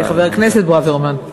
חבר הכנסת ברוורמן,